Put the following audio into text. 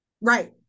Right